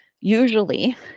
usually